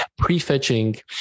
prefetching